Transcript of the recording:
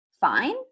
fine